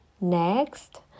Next